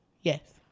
Yes